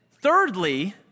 thirdly